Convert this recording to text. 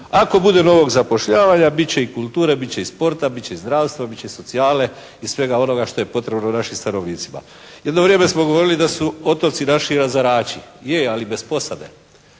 Ako bude novog zapošljavanja bit će i kulture, bit će i sporta, bit će i zdravstva, bit će socijale i svega onoga što je potrebno našim stanovnicima. Jedno vrijeme smo govorili da su otoci naši razarači, je ali bez posade.